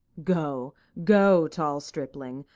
go, go, tall stripling,